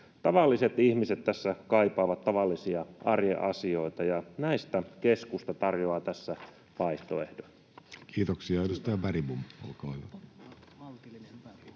Tavalliset ihmiset tässä kaipaavat tavallisia arjen asioita, ja näihin keskusta tarjoaa tässä vaihtoehdon. [Speech 110] Speaker: Jussi Halla-aho